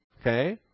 Okay